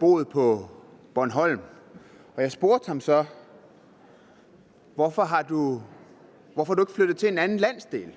boede på Bornholm. Jeg spurgte ham så, hvorfor han ikke var flyttet til en anden landsdel.